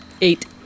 Eight